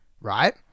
right